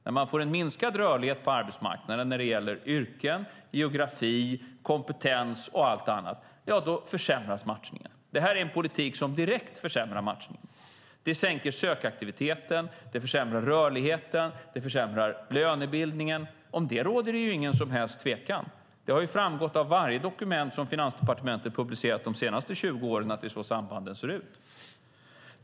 När man får en minskad rörlighet på arbetsmarknaden när det gäller yrken, geografi, kompetens och allt annat försämras matchningen. Det här är en politik som direkt försämrar matchningen. Den sänker sökaktiviteten, den försämrar rörligheten och den försämrar lönebildningen. Om det råder det ingen som helst tvekan. Det har framgått av varje dokument som Finansdepartementet har publicerat de senaste 20 åren att det är så sambanden ser ut.